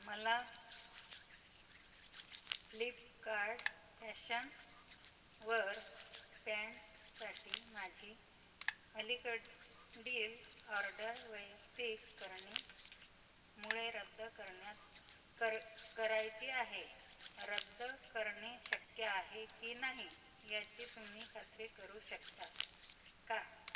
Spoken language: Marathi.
मला फ्लिपकार्ड फॅशनवर पँन्ट्ससाठी माझी अलीकडील ऑर्डर वैयक्तिक कारणांमुळे रद्द करण्यात कर करायची आहे रद्द करणे शक्य आहे की नाही याची तुम्ही खात्री करू शकता का